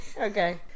Okay